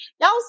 Y'all